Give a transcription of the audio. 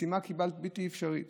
משימה כמעט בלתי אפשרית